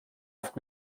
oft